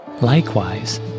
Likewise